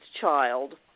child